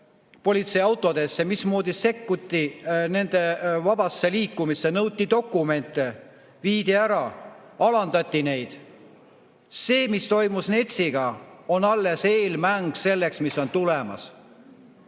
politseiautosse, mismoodi sekkuti nende vabasse liikumisse, nõuti dokumente, viidi ära, alandati neid? See, mis toimus NETS‑iga, on alles eelmäng selleks, mis on tulemas.